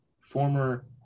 former